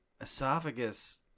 esophagus